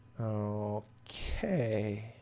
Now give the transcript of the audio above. Okay